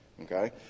okay